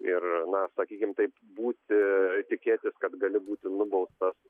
ir na sakykim taip būti tikėtis kad gali būti nubaustas